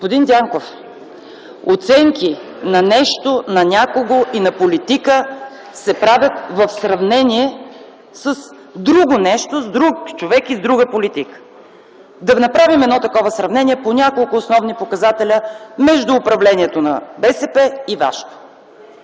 Господин Дянков, оценки на нещо, на някого и на политика се правят в сравнение с друго нещо, с друг човек и с друга политика. Да направим едно такова сравнение по няколко основни показателя между управлението на БСП и